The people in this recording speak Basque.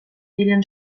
diren